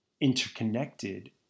Interconnected